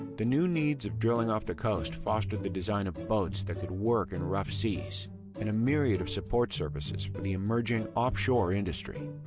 the new needs of drilling off the coast fostered the design of boats that could work in rough seas and a myriad of support services for the emerging offshore industry.